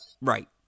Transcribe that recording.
right